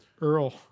Earl